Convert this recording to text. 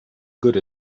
good